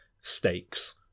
stakes